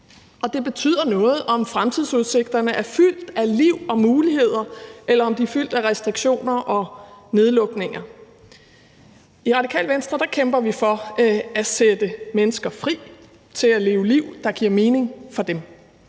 det betyder noget, om fremtidsudsigterne er fyldt med liv og muligheder, eller om de er fyldt med restriktioner og nedlukninger. I Radikale Venstre kæmper vi for at sætte mennesker fri til at leve liv, der giver mening for dem.